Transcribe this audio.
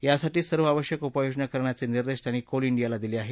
त्यासाठी सर्व आवश्यक उपाययोजना करण्याचे निर्देश त्यांनी कोल इंडियाला दिले आहेत